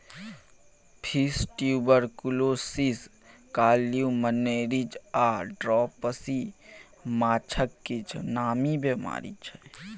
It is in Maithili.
फिश ट्युबरकुलोसिस, काल्युमनेरिज आ ड्रॉपसी माछक किछ नामी बेमारी छै